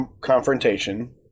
confrontation